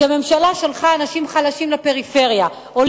כי הממשלה שלחה לפריפריה אנשים חלשים,